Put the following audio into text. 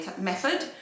method